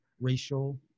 racial